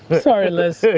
but sorry liz. yeah,